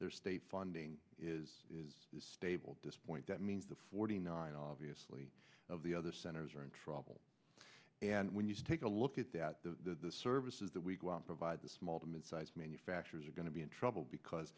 their state funding is stable disappoint that means the forty nine obviously of the other centers are in trouble and when you take a look at that the services that we provide the small to mid sized manufacturers are going to be in trouble because